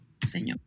señor